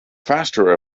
faster